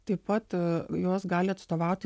taip pat juos gali atstovauti